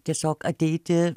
tiesiog ateiti